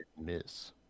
miss